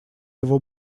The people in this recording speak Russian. его